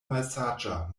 malsaĝa